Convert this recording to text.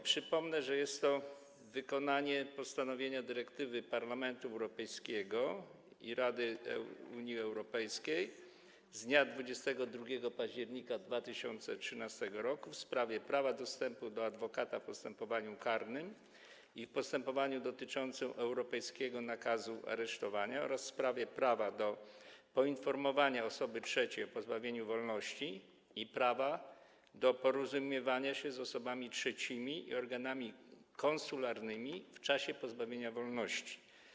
Przypomnę, że jest to wykonanie postanowienia dyrektywy Parlamentu Europejskiego i Rady Unii Europejskiej z dnia 22 października 2013 r. w sprawie prawa dostępu do adwokata w postępowaniu karnym i w postępowaniu dotyczącym europejskiego nakazu aresztowania oraz w sprawie prawa do poinformowania osoby trzeciej o pozbawieniu wolności i prawa do porozumiewania się z osobami trzecimi i organami konsularnymi w czasie pozbawienia wolności.